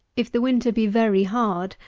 if the winter be very hard,